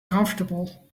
comfortable